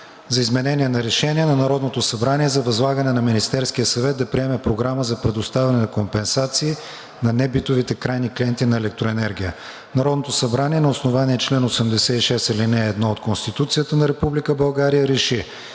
за изменение на Решение на Народното събрание за възлагане на Министерския съвет да приеме програма за предоставяне на компенсации на небитовите крайни клиенти на електроенергия Народното събрание на основание чл. 86, ал. 1 от Конституцията на Република